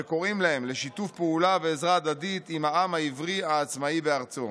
וקוראים להם לשיתוף פעולה ועזרה הדדית עם העם העברי העצמאי בארצו.